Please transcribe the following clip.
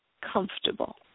comfortable